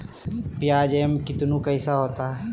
प्याज एम कितनु कैसा होता है?